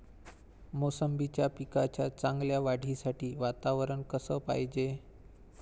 मोसंबीच्या पिकाच्या चांगल्या वाढीसाठी वातावरन कस पायजे?